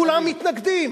כולם מתנגדים.